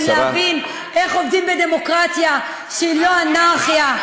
להבין איך עובדים בדמוקרטיה שהיא לא אנרכיה.